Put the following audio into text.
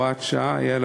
הוראת שעה),